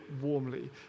warmly